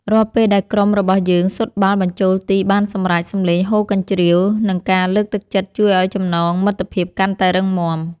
រាល់ពេលដែលក្រុមរបស់យើងស៊ុតបាល់បញ្ចូលទីបានសម្រេច សំឡេងហ៊ោកញ្ជ្រៀវ និងការលើកទឹកចិត្តជួយឱ្យចំណងមិត្តភាពកាន់តែរឹងមាំ។